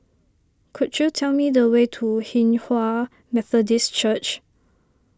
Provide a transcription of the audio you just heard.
could you tell me the way to Hinghwa Methodist Church